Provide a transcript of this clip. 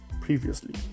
previously